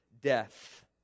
death